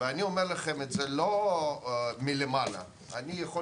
ואני אומר לכם את זה לא מלמעלה אלא מלמטה,